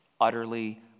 utterly